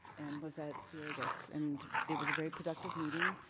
and lizette viegas, and it was a very productive meeting.